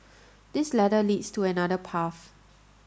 this ladder leads to another path